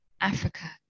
Africa